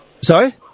Sorry